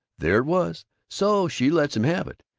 there it was, so she lets him have it.